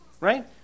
right